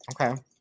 Okay